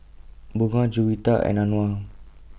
Bunga Juwita and Anuar